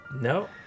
No